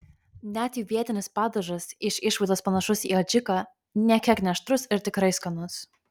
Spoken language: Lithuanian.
net jų vietinis padažas iš išvaizdos panašus į adžiką nė kiek neaštrus ir tikrai skanus